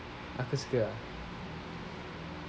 aku suka ah